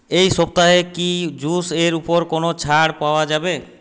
এই সপ্তাহে কি জুসের ওপর কোনও ছাড় পাওয়া যাবে